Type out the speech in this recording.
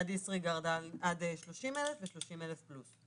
מהדיסריגרד עד 30,000 ומ-30,000 פלוס.